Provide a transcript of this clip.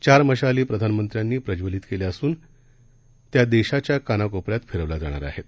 चारमशालीप्रधानमंत्र्यांनीप्रज्वलितकेल्याअसून त्यादेशाच्याकानाकोपऱ्यातफिरवल्याजाणारआहेत